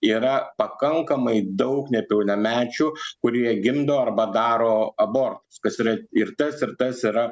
yra pakankamai daug nepilnamečių kurie gimdo arba daro abortus kas yra ir tas ir tas yra